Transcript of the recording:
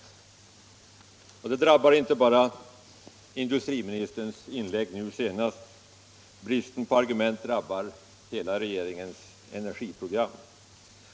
Denna kritik drabbar inte bara industriministerns inlägg nu senast — bristen på argument drabbar hela regeringens energiprogram.